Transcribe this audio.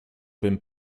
bym